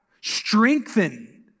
strengthen